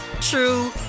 true